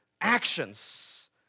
actions